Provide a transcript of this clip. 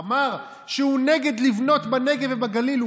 אמר שהוא מתנגד לבנות בנגב ובגליל,